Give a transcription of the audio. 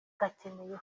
gakeneye